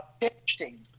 interesting